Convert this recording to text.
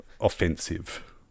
offensive